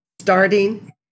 starting